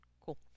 Cool